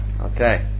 Okay